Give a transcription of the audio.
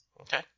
Okay